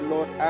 Lord